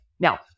Now